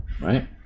right